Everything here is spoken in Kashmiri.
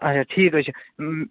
اَچھا ٹھیٖک حظ چھُ